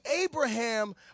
Abraham